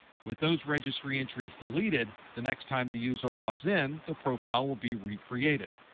with those registry entries deleted, the next time the user logs in, the profile will be recreated.